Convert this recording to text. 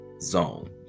zone